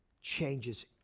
changes